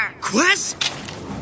Quest